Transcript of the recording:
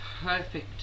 perfect